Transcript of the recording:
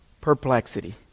perplexity